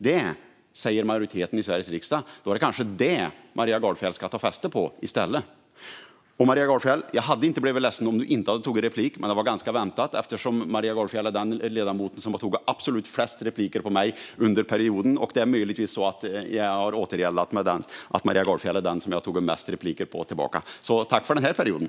Det säger majoriteten i Sveriges riksdag, och då är det kanske detta som Maria Gardfjell ska ta fasta på i stället. Och, Maria Gardfjell, jag hade inte blivit ledsen om du inte hade tagit replik, men det var ganska väntat eftersom Maria Gardfjell är den ledamot som har tagit absolut flest repliker på mig under perioden. Möjligtvis är det så att jag har återgäldat det och att Maria Gardfjell är den som jag har tagit flest repliker på tillbaka, så tack för den här perioden!